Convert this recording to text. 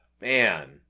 man